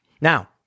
Now